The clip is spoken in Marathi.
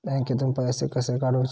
बँकेतून पैसे कसे काढूचे?